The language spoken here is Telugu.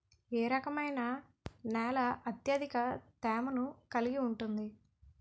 ఏ రకమైన నేల అత్యధిక తేమను కలిగి ఉంటుంది?